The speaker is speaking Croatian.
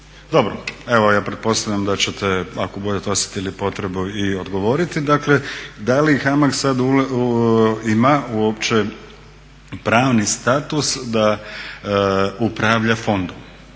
Dobro, evo ja pretpostavljam da ćete ako budete osjetili potrebu i odgovoriti. Dakle, da li HAMAG sad ima uopće pravni status da upravlja fondom